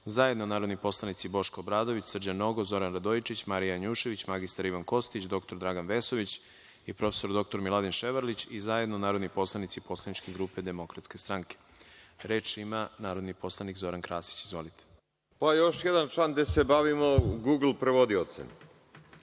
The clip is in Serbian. zajedno narodni poslanici Boško Obradović, Srđan Nogo, Zoran Radojičić, Marija Janjušević, mr Ivan Kostić, dr Dragan Vesović i prof. dr Milan Ševarlić, i zajedno narodni poslanici Poslaničke grupe Demokratska stranka. Reč ima narodni poslanik Zoran Krasić. Izvolite. **Zoran Krasić** Pa da, ovo je